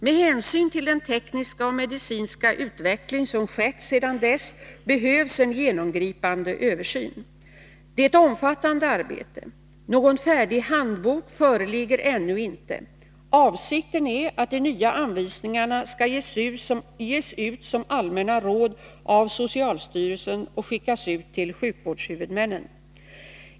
Med hänsyn till den tekniska och medicinska utveckling som skett sedan dess behövs en genomgripande översyn. Det är ett omfattande arbete. Någon färdig ”handbok” föreligger ännu inte. Avsikten är att de nya anvisningarna skall ges ut som allmänna råd av socialstyrelsen och skickas ut till sjukvårdshuvudmännen.